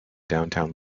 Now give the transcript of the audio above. downtown